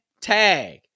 tag